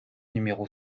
numéro